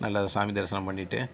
நல்லா சாமி தரிசனம் பண்ணிவிட்டு